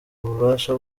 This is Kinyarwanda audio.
ububasha